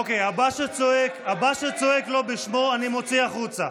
אוקיי, הבא שצועק לא בשמו, אני מוציא החוצה.